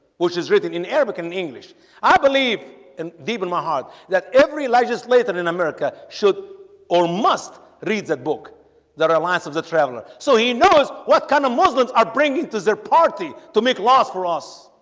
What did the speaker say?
which is written in arabic in in english i believe in deep in my heart that every legislator in america should or must read that book there are lines of the traveler so he knows what kind of muslims are bringing to their party to make laws for us